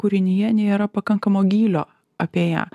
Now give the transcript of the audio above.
kūrinyje nėra pakankamo gylio apie ją